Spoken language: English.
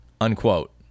unquote